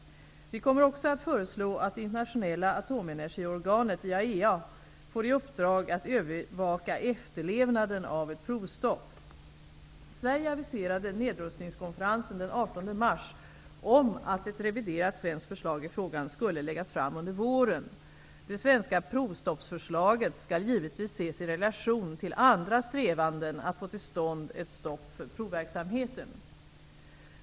Vi kommer också att föreslå att det internationella atomenergiorganet, IAEA, får i uppdrag att övervaka efterlevnaden av ett provstopp. Sverige aviserade nedrustningskonferensen den 18 mars om att ett reviderat svenskt förslag i frågan skulle läggas fram under våren. Det svenska provstoppsförslaget skall givetvis ses i relation till andra strävanden att få till stånd ett stopp för provverksamheten.